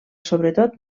sobretot